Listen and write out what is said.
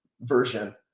version